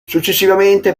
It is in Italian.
successivamente